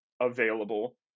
available